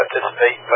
participate